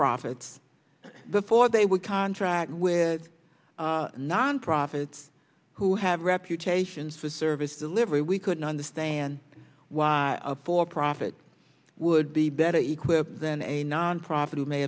profits before they were contract with non profits who have reputations for service delivery we couldn't understand why a for profit would be better equipped than a nonprofit who may